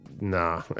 nah